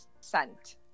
scent